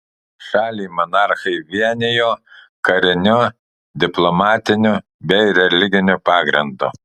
šalį monarchai vienijo kariniu diplomatiniu bei religiniu pagrindu